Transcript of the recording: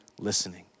listening